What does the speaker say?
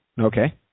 Okay